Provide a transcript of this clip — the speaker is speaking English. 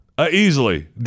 Easily